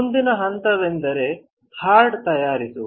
ಮುಂದಿನ ಹಂತವೆಂದರೆ ಹಾರ್ಡ್ ತಯಾರಿಸುವುದು